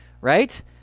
Right